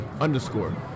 underscore